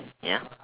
ya